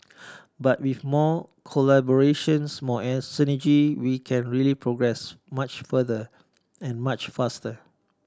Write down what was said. but with more collaborations more synergy we can really progress much further and much faster